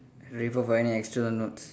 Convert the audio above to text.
ready for finding extra notes